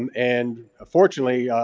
um and ah fortunately,